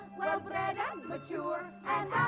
well-bred and mature and